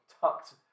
tucked